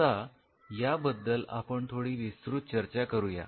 आता याबद्दल आपण थोडी विस्तृत चर्चा करूया